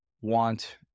want